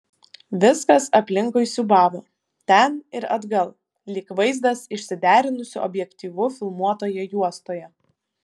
viskas aplinkui siūbavo ten ir atgal lyg vaizdas išsiderinusiu objektyvu filmuotoje juostoje